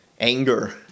anger